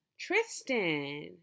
Tristan